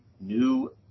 new